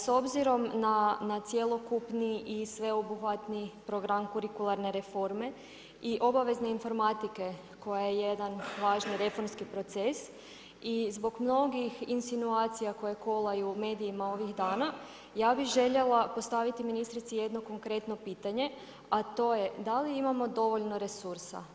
S obzirom na cjelokupni i sveobuhvatni program kurikularne reforme, i obavezne informatike koja je jedna važan reformski proces, i zbog mnogih insinuacija koje kolaju medijima ovih dana, ja bi željela postaviti ministrici jedno konkretno pitanje, a to je da li imamo dovoljno resursa?